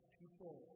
people